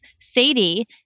Sadie